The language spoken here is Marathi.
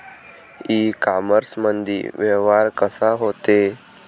इ कामर्समंदी व्यवहार कसा होते?